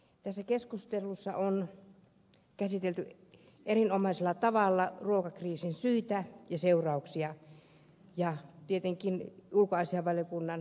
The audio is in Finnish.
tässä keskustelussa on käsitelty erinomaisella tavalla ruokakriisin syitä ja seurauksia ja tietenkin ulkoasiainvaliokunnan hyvää mietintöä